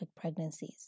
pregnancies